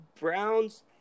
Browns